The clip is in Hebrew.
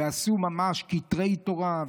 ועשו ממש כתרי תורה,